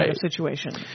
situation